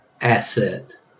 asset